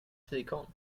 fikon